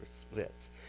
splits